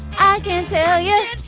i can't tell yeah